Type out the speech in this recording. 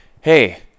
hey